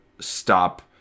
stop